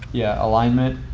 yeah, alignment.